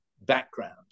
background